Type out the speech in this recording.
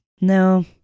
No